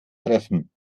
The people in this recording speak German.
treffen